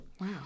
Wow